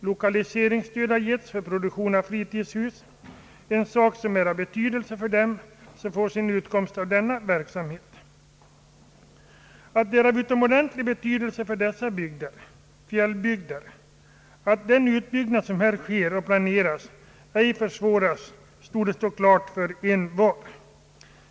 Lokaliseringsstöd har getts för produktion av fritidshus. Det är en sak som har betydelse för dem som får sin utkomst av denna verksamhet. Att det är av utomordentligt stor betydelse för dessa fjällbygder att den utbyggnad som nu sker och planeras ej försvåras torde stå klart för envar.